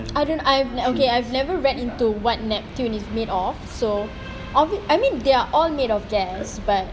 I don't I've okay I've never read into what neptune is made of so of the I mean they're all made of gas but